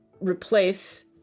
replace